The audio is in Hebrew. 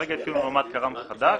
כרגע התקינו לו מד כארם חדש,